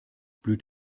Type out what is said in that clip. blüht